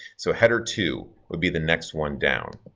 so header two would be the next one down,